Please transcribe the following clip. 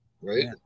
Right